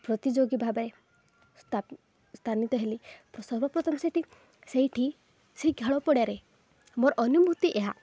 ପ୍ରତିଯୋଗୀ ଭାବରେ ସ୍ଥାନିତ ହେଲି ସର୍ବପ୍ରଥମେ ସେଇଠି ସେଇଠି ସେହି ପଡ଼ିଆ ମୋର ଅନୁଭୂତି ଏହା